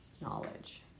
knowledge